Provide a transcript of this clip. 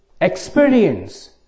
experience